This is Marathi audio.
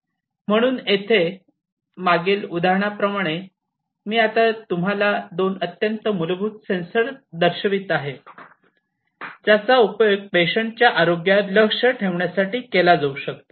म्हणून येथे मागील उदाहरणाप्रमाणे मी आता तुम्हाला दोन अत्यंत मूलभूत सेन्सर दर्शवित आहे ज्याचा उपयोग पेशंट च्या आरोग्यावर लक्ष ठेवण्यासाठी केला जाऊ शकतो